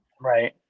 right